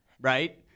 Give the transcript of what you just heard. Right